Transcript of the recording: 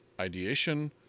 Ideation